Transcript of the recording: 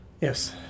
Yes